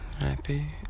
Happy